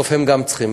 בסוף גם הם צריכים.